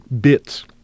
bits